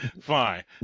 fine